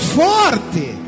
forte